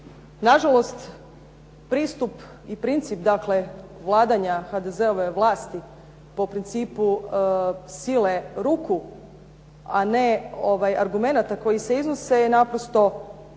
Nažalost, pristup i princip dakle, vladanja HDZ-ove vlasti po principu sile ruku, a ne argumenata koji se iznose je naprosto nešto